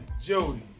Jody